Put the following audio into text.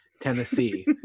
Tennessee